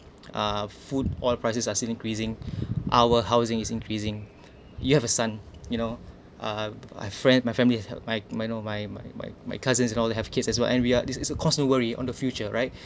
uh food oil prices are still increasing our housing is increasing you have a son you know uh my friend my family has helped my my no my my my my cousins and all they have kids as well and we are this is a cost to worry on the future right